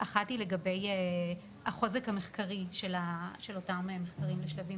אחת היא לגביי החוזק המחקרי של אותם שלבים